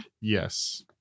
Yes